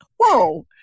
Whoa